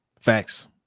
facts